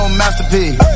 masterpiece